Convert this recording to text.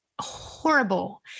horrible